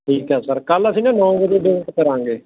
ਠੀਕ ਹੈ ਸਰ ਕੱਲ੍ਹ ਅਸੀਂ ਨਾ ਨੌਂ ਵਜੇ ਵਿਜ਼ਿਟ ਕਰਾਂਗੇ